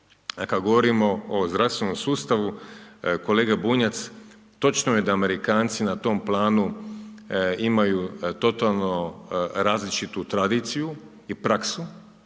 Kad govorimo o zdravstvenom sustavu kolega Bunjac točno je da Amerikanci na tom planu imaju totalno različitu tradiciju i praksu